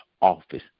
office